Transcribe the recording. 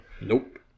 Nope